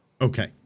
okay